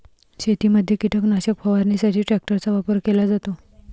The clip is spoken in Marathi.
शेतीमध्ये कीटकनाशक फवारणीसाठी ट्रॅक्टरचा वापर केला जातो